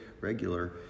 regular